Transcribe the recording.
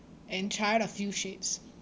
and try out a few shades